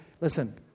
Listen